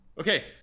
Okay